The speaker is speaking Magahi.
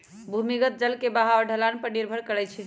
भूमिगत जल के बहाव ढलान पर निर्भर करई छई